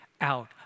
out